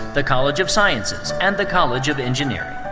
the college of sciences, and the college of engineering.